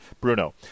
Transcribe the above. Bruno